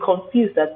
confused